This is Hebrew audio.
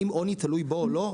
האם עוני תלוי בוא או לא?